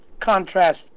contrast